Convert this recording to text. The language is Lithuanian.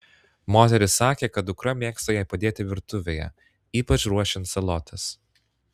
moteris sakė kad dukra mėgsta jai padėti virtuvėje ypač ruošiant salotas